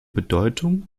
bedeutung